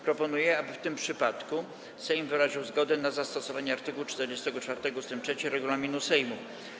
Proponuję, aby w tym przypadku Sejm wyraził zgodę na zastosowanie art. 44 ust. 3 regulaminu Sejmu.